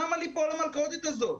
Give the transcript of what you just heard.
למה ליפול למלכודת הזאת?